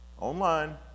online